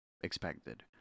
expected